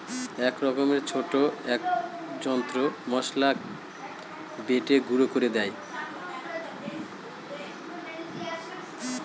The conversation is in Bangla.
এক রকমের ছোট এক যন্ত্র মসলা বেটে গুঁড়ো করে দেয়